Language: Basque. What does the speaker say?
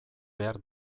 behar